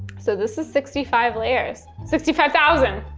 so this is sixty five layers. sixty five thousand.